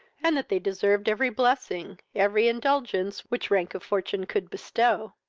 and that they deserved every blessing, every indulgence which rank of fortune could bestow.